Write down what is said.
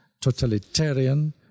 totalitarian